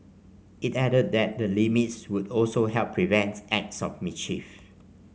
it added that the limits would also help prevent acts of mischief